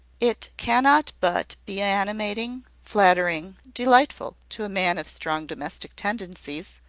it cannot but be animating, flattering, delightful to a man of strong domestic tendencies,